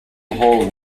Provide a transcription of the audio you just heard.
hall